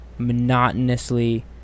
monotonously